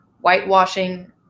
whitewashing